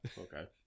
Okay